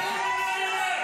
--- לא יקום ולא יהיה.